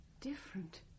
different